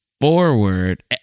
forward